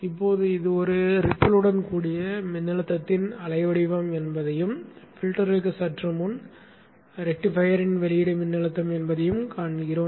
இப்போது இது ஒரு ரிப்புளுடன் கூடிய மின்னழுத்தத்தின் அலை வடிவத்தையும் பில்டர்க்கு சற்று முன் ரெக்டிஃபையரின் வெளியீடு மின்னோட்டத்தையும் காண்கிறோம்